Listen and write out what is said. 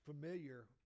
familiar